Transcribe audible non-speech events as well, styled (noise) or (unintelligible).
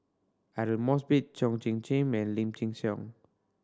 Aidli Mosbit (unintelligible) and Lim Chin Siong